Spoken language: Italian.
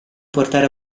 portare